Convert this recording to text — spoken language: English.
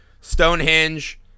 stonehenge